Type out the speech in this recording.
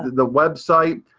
the website,